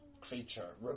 creature